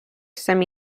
semi